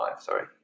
sorry